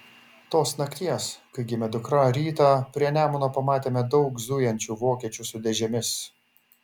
tos nakties kai gimė dukra rytą prie nemuno pamatėme daug zujančių vokiečių su dėžėmis